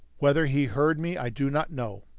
whether he heard me i do not know.